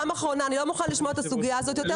אני לא מוכנה לשמוע את הסוגייה הזאת יותר,